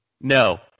No